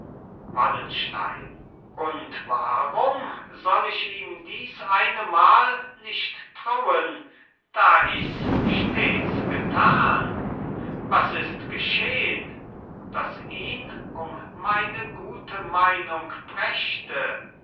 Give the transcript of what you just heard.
wallenstein und warum soll ich ihm dies eine mal nicht trauen da ichs stets getan was ist geschehn das ihn um meine gute meinung brächte